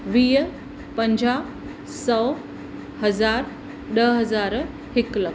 वीह पंजाह सौ हज़ारु ॾह हज़ार हिकु लखु